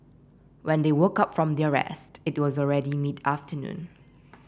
when they woke up from their rest it was already mid afternoon